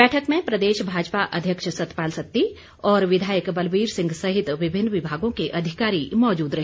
बैठक में प्रदेश भाजपा अध्यक्ष सतपाल सत्ती और विधायक बलबीर सिंह सहित विभिन्न विभागों के अधिकारी मौजूद रहे